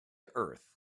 earth